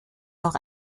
noch